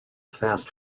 fast